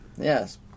Yes